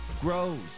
grows